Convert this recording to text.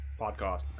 Podcast